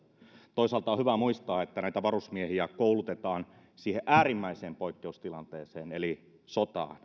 toisaalta on hyvä muistaa että näitä varusmiehiä koulutetaan siihen äärimmäiseen poikkeustilanteeseen eli sotaan